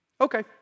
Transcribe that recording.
Okay